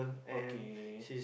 okay